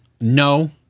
no